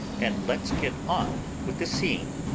and let's get on with the scene.